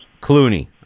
Clooney